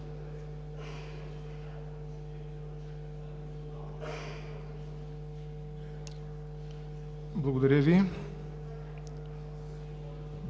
Благодаря Ви,